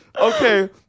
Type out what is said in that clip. okay